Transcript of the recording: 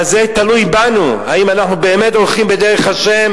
אבל זה תלוי בנו, האם אנחנו באמת הולכים בדרך ה'?